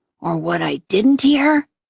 or what i didn't hear?